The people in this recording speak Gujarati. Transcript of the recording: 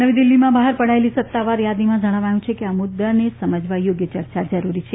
નવી દિલ્હીમાં બહાર પડાયેલી સત્તાવાર યાદીમાં જણાવ્યું છે કે આ મુદ્દાને સમજવા થોગ્ય ચર્ચા જરુરી છે